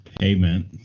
payment